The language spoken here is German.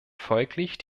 folglich